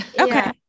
Okay